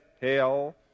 hell